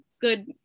good